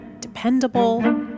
dependable